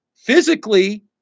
physically